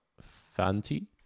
Fanti